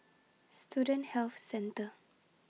Student Health Centre